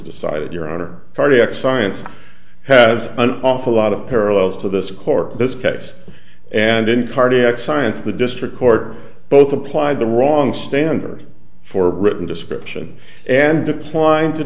decided your honor cardiac science has an awful lot of parallels to this court this case and in cardiac science the district court both applied the wrong standard for a written description and applying to